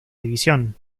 división